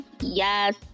Yes